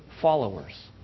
followers